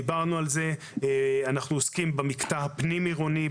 אנחנו עוסקים במקטע הפנים עירוני,